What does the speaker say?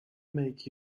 make